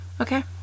okay